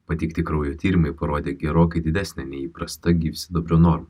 pateikti kraujo tyrimai parodė gerokai didesnę nei įprasta gyvsidabrio normą